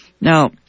Now